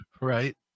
Right